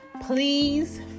please